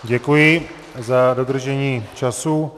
Děkuji za dodržení času.